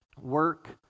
work